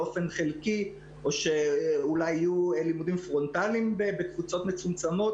באופן חלקי או אולי יהיו לימודים פרונטליים בקבוצות מצומצמות,